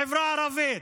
בחברה הערבית.